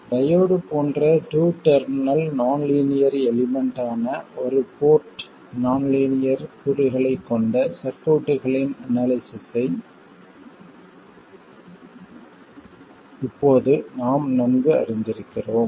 diode போன்ற two terminal non linear element ஆன ஒரு போர்ட் நான் லீனியர் கூறுகளைக் கொண்ட சர்க்யூட்களின் அனாலிசிஸ்ஸை இப்போது நாம் நன்கு அறிந்திருக்கிறோம்